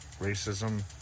racism